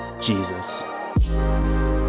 Jesus